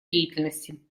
деятельности